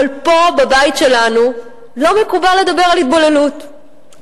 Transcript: אבל לא מקובל לדבר על התבוללות פה, בבית שלנו.